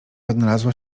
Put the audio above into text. odnalazła